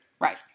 Right